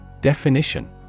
Definition